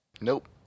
Nope